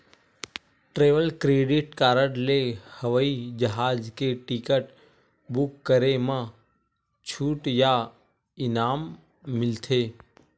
travel credit card ले हवई जहाज के टिकट बूक करे म छूट या इनाम मिलथे